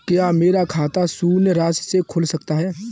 क्या मेरा खाता शून्य राशि से खुल सकता है?